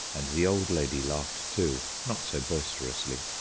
and the old lady laughed too, not so boisterously.